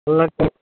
ஒரு வாட்டி